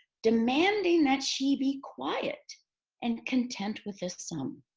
demanding that she be quiet and content with this sum.